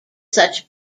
such